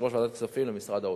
יושב-ראש ועדת הכספים למשרד האוצר.